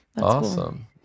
Awesome